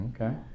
Okay